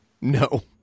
No